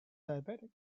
diabetic